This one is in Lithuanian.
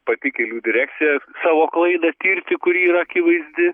pati kelių direkcija savo klaidą tirti kuri yra akivaizdi